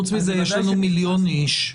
חוץ מאלה, יש לנו מיליון אנשים.